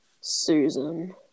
Susan